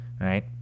right